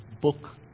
Book